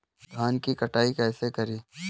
धान की कटाई कैसे करें?